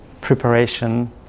preparation